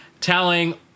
telling